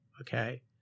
okay